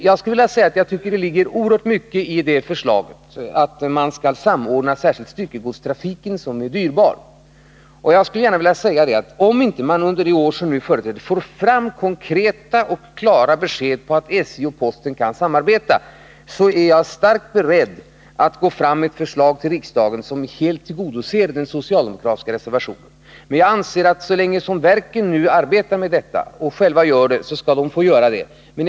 Jag tycker det ligger mycket i förslaget att samordna, särskilt styckegodstrafiken som är dyrbar. Om man inte under de närmaste åren får konkreta och klara besked om att SJ och posten kan samarbeta, är jag starkt beredd att gå fram med förslag till riksdagen som helt tillgodoser den socialdemokratiska reservationen. Men så länge verken själva arbetar med detta skall de få göra det.